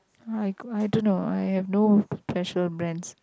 i go I don't know I have no special brands